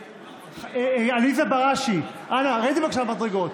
עליזה בראשי, אנא, רדי בבקשה מהמדרגות.